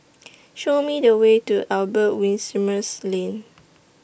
Show Me The Way to Albert Winsemius Lane